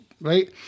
Right